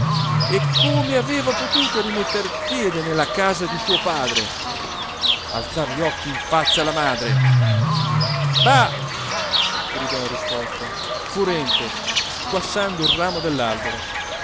e come aveva potuto rimetter piede nella casa di suo padre alzar gli occhi in faccia alla madre va gridò in risposta furente squassando il ramo